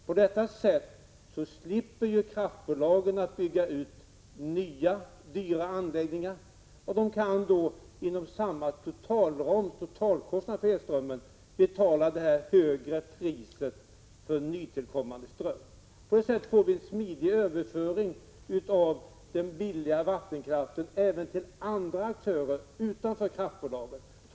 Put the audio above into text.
På detta sätt slipper kraftbolagen bygga ut nya, dyra anläggningar, och de kan då med samma totalkostnad för elströmmen betala det högre priset för nytillkommande ström. Därigenom kan en smidig överföring ske av den billiga vattenkraften även till andra aktörer utanför kraftbolagen.